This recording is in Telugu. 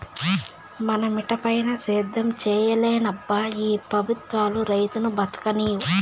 మన మిటపైన సేద్యం సేయలేమబ్బా ఈ పెబుత్వాలు రైతును బతుకనీవు